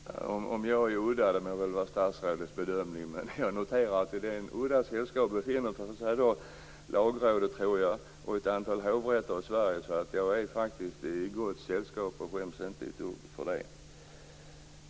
Fru talman! Om jag är udda må vara statsrådets bedömning, men i detta udda sällskap befinner sig i så fall Lagrådet och ett antal hovrättsjurister i Sverige, så jag är faktiskt i gott sällskap, och jag skäms inte ett dugg för det.